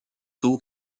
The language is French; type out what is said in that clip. eaux